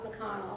mcconnell